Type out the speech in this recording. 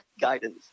guidance